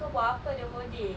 kau buat apa the whole day